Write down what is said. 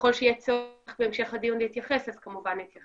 ככל שיהיה צורך בהמשך הדיון להתייחס אז כמובן נתייחס.